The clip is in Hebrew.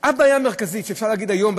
הבעיה המרכזית שאפשר להגיד היום,